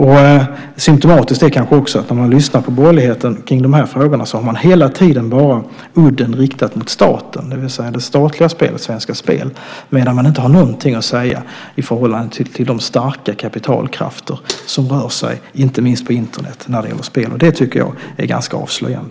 Det kanske är symtomatiskt att när man lyssnar på de borgerliga partierna när det gäller dessa frågor har de hela tiden udden riktad bara mot staten, det vill säga det statliga spelet, Svenska Spel. Men de har ingenting att säga i fråga om de starka kapitalkrafter som rör sig inte minst på Internet när det gäller spel. Det tycker jag är ganska avslöjande.